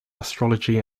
astrology